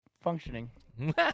functioning